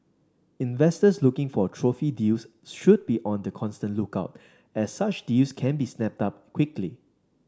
investors looking for trophy deals should be on the constant lookout as such deals can be snapped up quickly